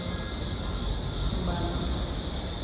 ᱵᱟᱞᱤ